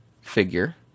figure